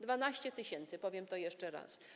12 tys., powiem to jeszcze raz.